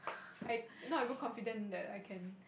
I not even confident that I can